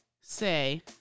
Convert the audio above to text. say